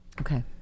Okay